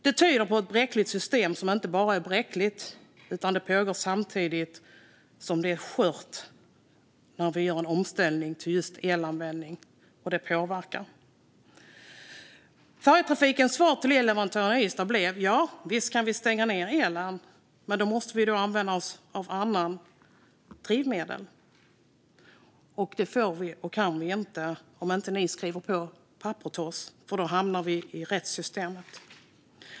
Det tyder på ett bräckligt system, och det pågår samtidigt som det är skört när vi gör en omställning till just elanvändning. Och det påverkar. Färjetrafikens svar till elleverantören i Ystad blev: Ja, visst kan vi stänga ned elen. Men då måste vi använda oss av andra drivmedel. Det får och kan vi inte om ni inte skriver på papper till oss. Annars hamnar vi i rättssystemet.